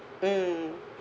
mm